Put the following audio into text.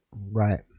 Right